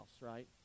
right